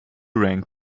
rank